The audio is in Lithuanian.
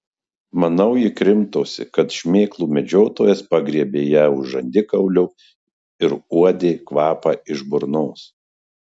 manau ji krimtosi kad šmėklų medžiotojas pagriebė ją už žandikaulio ir uodė kvapą iš burnos